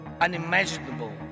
unimaginable